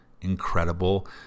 incredible